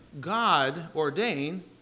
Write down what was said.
God-ordained